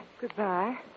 Goodbye